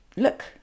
Look